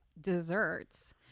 desserts